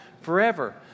forever